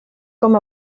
com